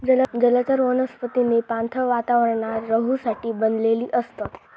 जलचर वनस्पतींनी पाणथळ वातावरणात रहूसाठी बनलेली असतत